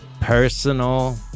personal